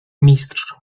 mistrz